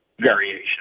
variation